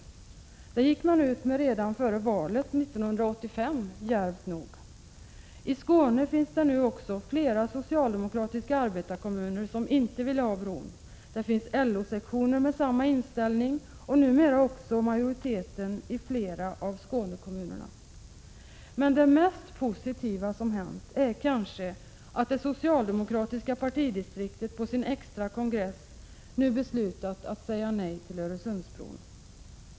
Det beskedet gick man djärvt nog ut med redan före valet 1985. I Skåne finns numera också flera socialdemokratiska arbetarkommuner som inte vill ha bron, det finns LO-sektioner med samma inställning och numera också majoriteten i flera av Skånekommunerna. Men det mest positiva som hänt är kanske att det socialdemokratiska partidistriktet på sin extra kongress nu beslutat att säga nej till Öresundsbron.